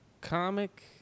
comic